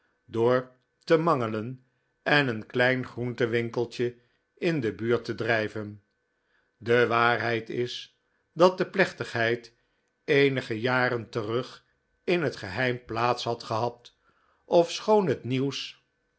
door te mangelen en een klein groentenwinkeltje in de buurt te drijven de waarheid is dat de plechtigheid eenige jaren terug in het geheim plaats had gehad ofschoon het nieuws